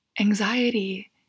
Anxiety